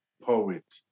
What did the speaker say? poet